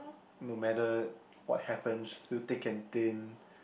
no matter what happens through thick and thin